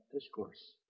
discourse